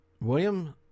William